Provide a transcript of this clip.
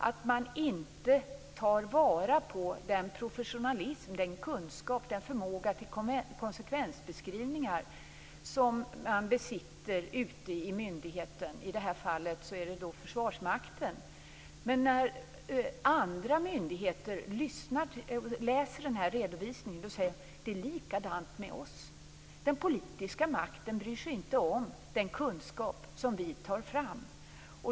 Man tar inte vara på den professionalism, den kunskap och den förmåga till konsekvensbeskrivningar som de besitter ute i myndigheterna, i det här fallet Försvarsmakten. När andra myndigheter läser den här redovisningen säger de: Det är likadant med oss - den politiska makten bryr sig inte om den kunskap som vi tar fram.